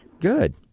Good